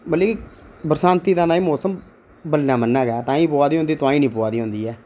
मतलब कि बरसांती दा एह् मौसम बन्नै बन्नै गै ऐ ताहीं पौऐ दी तुआहीं निं पौऐ दी होंदी ऐ